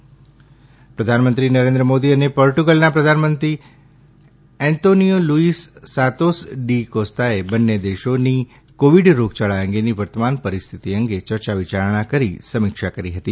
પ્રધાનમંત્રી પોર્ટુગલ પ્રધાનમંત્રી નરેન્દ્ર મોદી અને પોર્ટુગલના પ્રધાનમંત્રી અંતોનિયો લુઇસ સાંતોસ ડી કોસ્તાએ બંને દેશોની કોવિડ રોગયાળા અંગેની વર્તમાન પરિસ્થિતિ અંગે યર્યા વિચારણા કરી સમીક્ષા કરી હતી